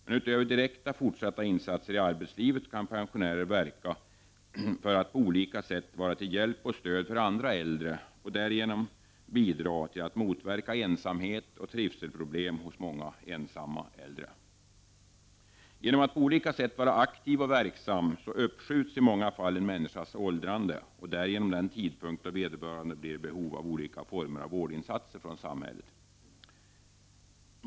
Men utöver direkt fortsatta insatser i arbetslivet kan pensionärer verka för att på olika sätt vara till hjälp och stöd för andra äldre och därigenom bidra till att motverka ensamhet och trivselproblem hos många ensamma äldre. Genom att på olika sätt vara aktiv och verksam uppskjuts i många fall en människas åldrande och därigenom den tidpunkt då vederbörande blir i behov av olika former av vårdinsatser från samhället.